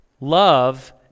Love